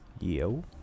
Yo